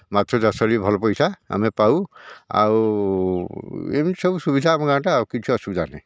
ମାଛ ଚାଷରେ ବି ଭଲ ପଇସା ଆମେ ପାଉ ଆଉ ଏମିତି ସବୁ ସୁବିଧା ଆମ ଗାଁଟା ଆଉ କିଛି ଅସୁବିଧା ନାହିଁ